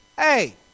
Hey